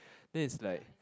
then it's like